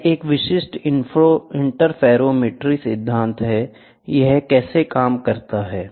यह एक विशिष्ट इंटरफेरोमेट्री सिद्धांत है यह कैसे काम करता है